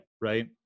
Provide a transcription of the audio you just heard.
right